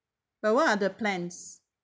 but what are the plans